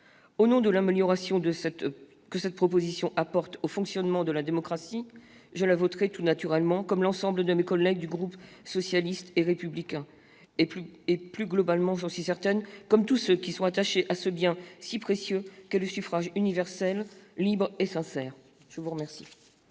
Au nom de l'amélioration que cette proposition de loi apporte au fonctionnement de la démocratie, je la voterai tout naturellement, comme l'ensemble de mes collègues du groupe socialiste et républicain, et plus globalement, j'en suis certaine, comme tous ceux qui sont attachés à ce bien si précieux qu'est le suffrage universel libre et sincère. La parole